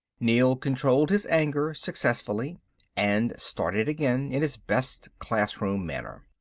neel controlled his anger successfully and started again, in his best classroom manner.